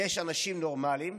יש אנשים נורמליים,